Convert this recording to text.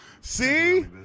See